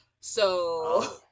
So-